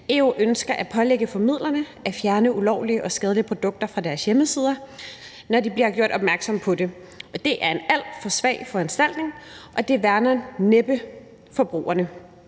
EU ønsker at pålægge formidlerne at fjerne ulovlige og skadelige produkter fra deres hjemmesider, når de bliver gjort opmærksom på det, men det er en alt for svag foranstaltning, og det værner næppe forbrugerne.